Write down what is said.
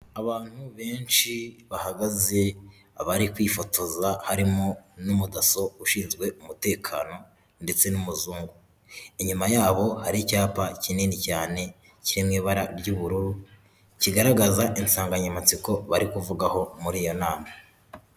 Abantu benshi bahagaze bari kwifotoza harimo n'umudaso ushinzwe umutekano ndetse n'umuzungu. Inyuma yabo hari icyapa kinini cyane kiri mu ibara ry'ubururu kigaragaza insanganyamatsiko bari kuvugaho muri iyo nama.